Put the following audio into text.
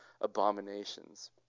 abominations